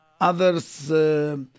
others